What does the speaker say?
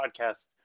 podcast